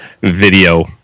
video